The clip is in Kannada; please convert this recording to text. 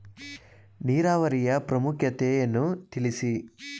ನೀರಾವರಿಯ ಪ್ರಾಮುಖ್ಯತೆ ಯನ್ನು ತಿಳಿಸಿ?